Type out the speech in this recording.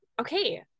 okay